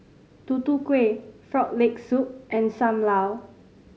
Tutu Kueh Frog Leg Soup and Sam Lau